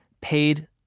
paid